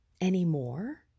anymore